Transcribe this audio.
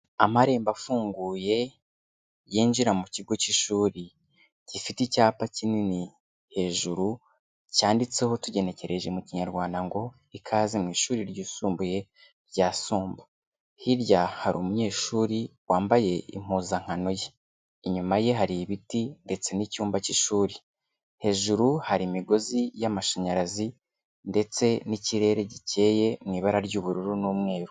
Amarembo afunguye yinjira mu kigo k'ishuri, gifite icyapa kinini hejuru, cyanditseho tugenekereje mu Kinyarwanda ngo ikaze mu ishuri ryisumbuye rya Sumba, hirya hari umunyeshuri wambaye impuzankano ye, inyuma ye hari ibiti ndetse n'icyumba k'ishuri, hejuru hari imigozi y'amashanyarazi ndetse n'ikirere gikeye mu ibara ry'ubururu n'umweru.